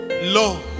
Lord